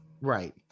Right